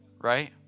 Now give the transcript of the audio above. right